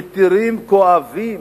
"ויתורים כואבים".